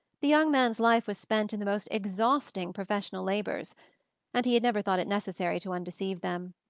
the young man's life was spent in the most exhausting professional labours and he had never thought it necessary to undeceive them.